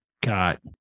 got